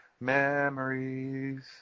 memories